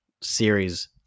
series